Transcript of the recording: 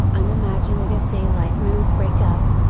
unimaginative daylight mood break up,